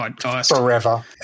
forever